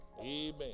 amen